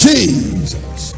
Jesus